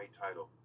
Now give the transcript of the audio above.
title